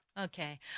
Okay